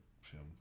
film